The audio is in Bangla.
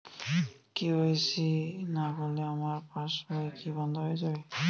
কে.ওয়াই.সি না করলে আমার পাশ বই কি বন্ধ হয়ে যাবে?